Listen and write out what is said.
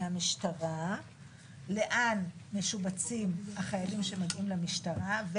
מהמשטרה לאן משובצים החיילים שמגיעים למשטרה.